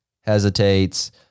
hesitates